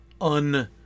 un